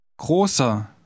Großer